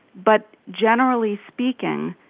but generally speaking,